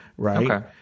Right